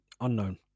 Unknown